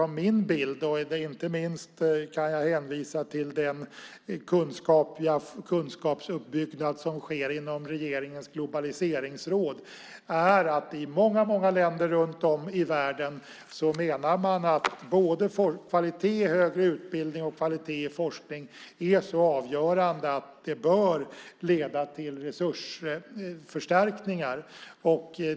Min bild är, och jag kan hänvisa till den kunskapsuppbyggnad som sker inom regeringens globaliseringsråd, att man i många länder runt om i världen menar att kvalitet i både högre utbildning och forskning är så avgörande att det bör leda till resursförstärkningar.